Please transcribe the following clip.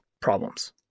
problems